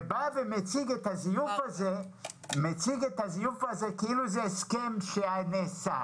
הוא בא ומציג את הזיוף הזה כאילו זה הסכם שנעשה.